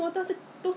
online from